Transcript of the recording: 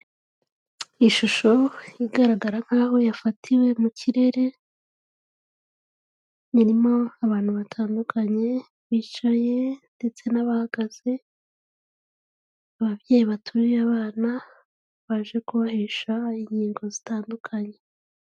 Ishusho igaragara nk'aho yafatiwe mu kirere, irimo abantu batandukanye bicaye, ndetse n'abahagaze, ababyeyi bateruye abana, baje kubahesha inkingo zitandukanye,